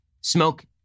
smoke